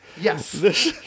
Yes